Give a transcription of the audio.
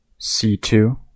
c2